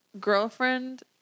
girlfriend